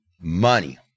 money